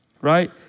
right